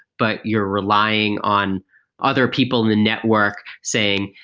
but you're relying on other people in the network saying,